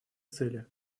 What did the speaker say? цели